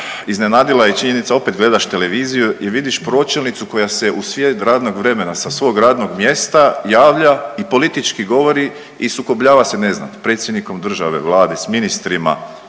iznenadila činjenica opet gledaš televiziju i vidiš pročelnicu koja se u sred radnog vremena sa svog radnog mjesta javlja i politički govori i sukobljava se ne znam s predsjednikom države, vlade, s ministrima.